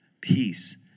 peace